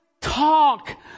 talk